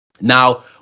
Now